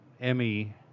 Emmy